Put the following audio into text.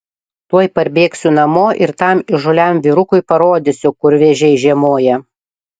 tuoj parbėgsiu namo ir tam įžūliam vyrukui parodysiu kur vėžiai žiemoja